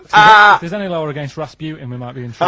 ah there's any law against rasputin, we might be in